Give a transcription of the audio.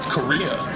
Korea